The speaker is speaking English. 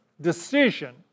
decision